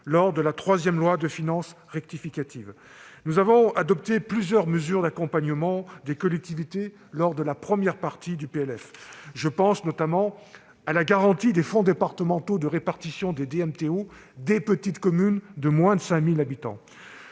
lors de la troisième loi de finances rectificative (LFR 3). Nous avons adopté plusieurs mesures d'accompagnement des collectivités lors de la première partie du PLF. Je pense notamment à la garantie des fonds départementaux de répartition des DMTO des petites communes de moins de 5 000 habitants.